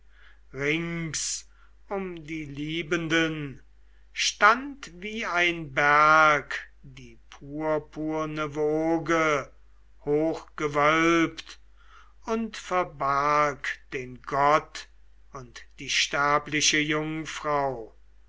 rings um die liebenden stand wie ein berg die purpurne woge hochgewölbt und verbarg den gott und die sterbliche jungfrau